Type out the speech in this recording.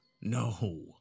No